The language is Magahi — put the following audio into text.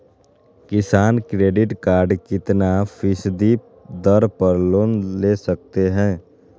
किसान क्रेडिट कार्ड कितना फीसदी दर पर लोन ले सकते हैं?